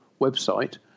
website